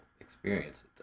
experience